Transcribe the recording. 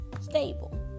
stable